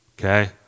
okay